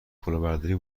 کلاهبرداری